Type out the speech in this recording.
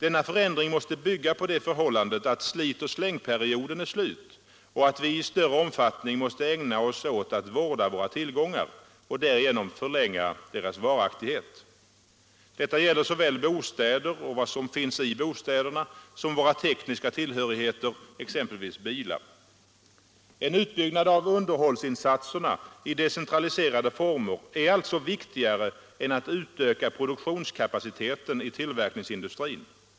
En sådan förändring måste bygga på det förhållandet att slitoch-släng-perioden är slut och att vi i större omfattning måste ägna oss åt att vårda våra tillgångar och därigenom förlänga deras varaktighet. Detta gäller såväl bostäder och vad som finns i dem som våra tekniska tillhörigheter, exempelvis bilar. En utbyggnad av underhållsinsatserna i decentraliserade former är alltså viktigare än att utöka produktionskapaciteten i tillverkningsindustrin.